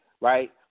right